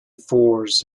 fours